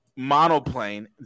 Monoplane